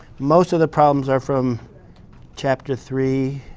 most of the problems are from chapter three.